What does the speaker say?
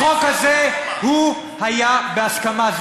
החוק הזה היה בהסכמה.